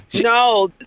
No